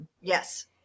Yes